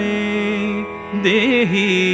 Dehi